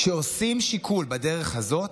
כשעושים שיקול בדרך הזאת,